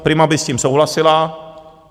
Prima by s tím souhlasila.